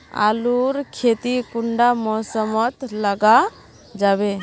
आलूर खेती कुंडा मौसम मोत लगा जाबे?